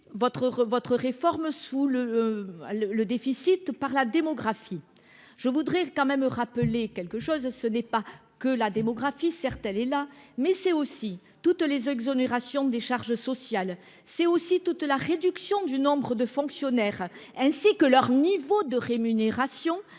votre réforme sous le. Le le déficit par la démographie. Je voudrais quand même rappeler quelque chose, ce n'est pas que la démographie certes elle est là mais c'est aussi toutes les exonérations des charges sociales, c'est aussi toute la réduction du nombre de fonctionnaires ainsi que leur niveau de rémunération